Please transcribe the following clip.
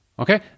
Okay